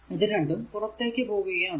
ഇത് രണ്ടും പുറത്തേക്കു പോകുകയാണ്